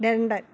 London